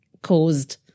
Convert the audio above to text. Caused